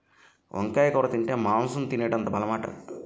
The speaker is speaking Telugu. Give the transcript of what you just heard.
వంకాయ కూర తింటే మాంసం తినేటంత బలమట